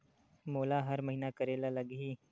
मोला हर महीना करे ल लगही?